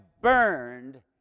burned